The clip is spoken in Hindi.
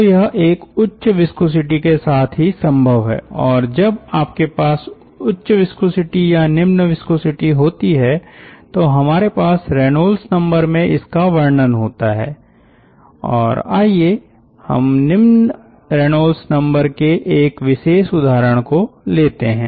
तो यह एक उच्च विस्कोसिटी के साथ ही संभव है और जब आपके पास उच्च विस्कोसिटी या निम्न विस्कोसिटी होती है तो हमारे पास रेनॉल्ड्स नंबर में इसका वर्णन होता हैं और आईये हम निम्न रेनॉल्ड्स नंबर के एक विशेष उदाहरण को लेते है